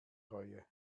reue